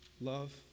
love